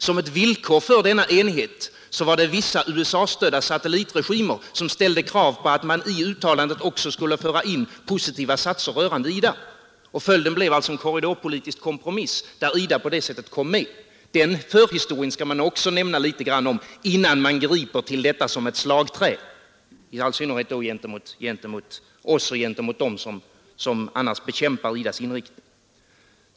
Som ett villkor för denna enighet var det vissa USA-stödda satellitregimer som ställde krav på att man i uttalandet också skulle föra in positiva satser rörande IDA. Följden blev alltså en korridorpolitisk kompromiss, där IDA på det sättet kom med. Den förhistorien skall man också nämna innan man tillgriper detta som ett slagträ, i all synnerhet gentemot oss och dem som i övrigt bekämpar IDA :s inriktning.